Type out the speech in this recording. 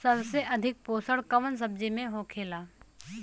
सबसे अधिक पोषण कवन सब्जी में होखेला?